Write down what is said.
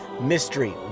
mystery